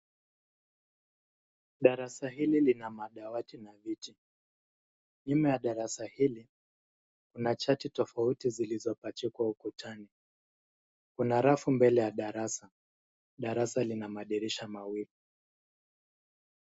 Darasa hili lina madawati mabichi nyuma ya darasa hili kuna chart tofauti zilizo pachikwa ukutani kuna rafu mbele ya darasa. Darasa lina madirisha mawili.